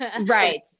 Right